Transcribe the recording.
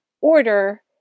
order